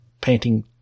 painting